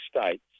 States